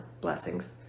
blessings